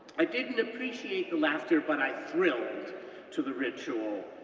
i didn't appreciate the laughter, but i thrilled to the ritual,